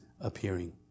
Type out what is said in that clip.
appearing